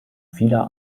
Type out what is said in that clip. vieler